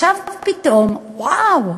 עכשיו פתאום וואו,